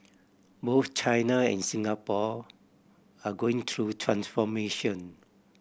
both China and Singapore are going through transformation